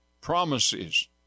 promises